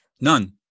None